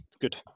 Good